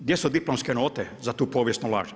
Gdje su diplomske note za tu povijesnu laž?